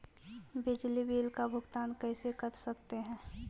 बिजली बिल का भुगतान कैसे कर सकते है?